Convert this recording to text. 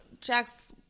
jack's